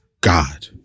God